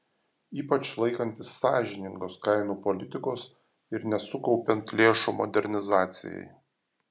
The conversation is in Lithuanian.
ypač laikantis sąžiningos kainų politikos ir nesukaupiant lėšų modernizacijai